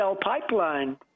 pipeline